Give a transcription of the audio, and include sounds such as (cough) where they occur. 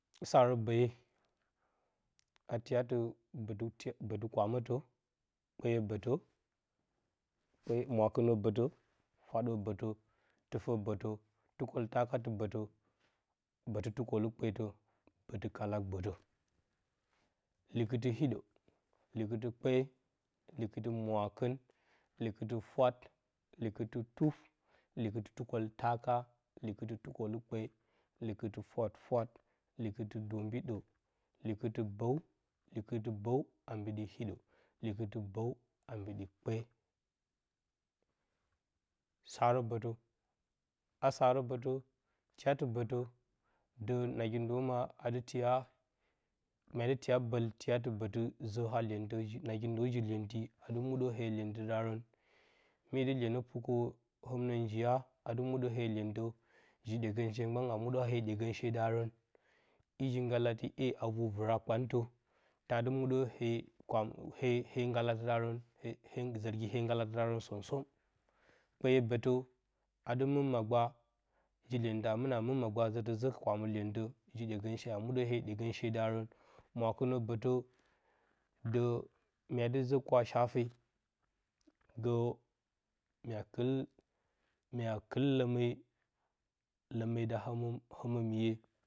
Saarə bəye, a tiyatə. k (unintelligible) bətɨ kwa mətə, kipeeyə bətə mwakɨnə bətə, fwaɗə bətə, tɨpe bətə, tukoltaka lɨ bətə. k bətt tukolukpetə, bətt-kalagbətə. Likɨtɨ-hiɗə, likɨtɨ-kpe, (unintelligible) liktɨɨɨ-tukoltaka, likɨtɨ-tukolukpe, likɨtɨ-fwafwat, likɨtɨ-dombiɗə, likɨtɨ-bəw, likɨtɨ-bəw a mbiɗi hiɗə, likɨtɨ-bəw a mbiɗi kpe. Saarə bətə, a saarə bətə tiyatɨ bətə də nagi ndoma adɨ tiya, mya di tiya bəl tiyati bətɨ gə haa iyentə, nagi ndo ji iyenti ad mudə hee-lyentɨ darə, mye dɨ iyenə pukə həmnə njinja adɨ muɗə hee-iyentə, ji ɗyegəshe mgban a muɗə hee-dyeganshe darə, i ji nggalati ye a vor-vɨrakpantə ta dɨ muɗə hee-nggalatədarə, (unintelligible) zargihee-nggalatɨdarən som-son, a kpeeya bətə adɨ mɨn magba ji dyentə a mɨna mɨn magba zətə zə kwamɨ iyentə, ji-dyegəshe a muɗə hee-ɗyengəshe mwakɨnə bətə də mya dɨ zə kwashafe, gə mya kɨl, mya kɨl ləme, leme da həmɨ həmɨmiye.